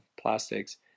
plastics